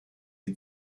die